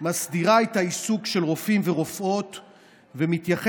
מסדירה את העיסוק של רופאים ורופאות ומתייחסת,